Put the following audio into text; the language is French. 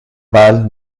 balles